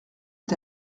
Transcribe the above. est